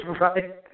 Right